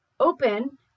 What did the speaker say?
open